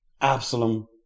Absalom